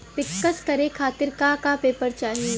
पिक्कस करे खातिर का का पेपर चाही?